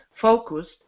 focused